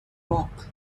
rock